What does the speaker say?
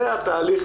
זה התהליך